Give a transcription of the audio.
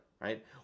right